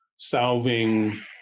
Solving